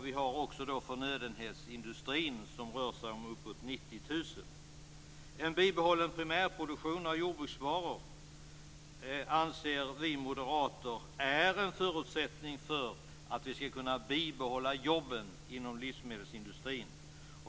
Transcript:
Vi har också förnödenhetsindustrin där det rör sig om närmare 90 000 sysselsatta. En bibehållen primärproduktion av jordbruksvaror anser vi moderater är en förutsättning för att vi skall kunna bibehålla jobben inom livsmedelsindustrin.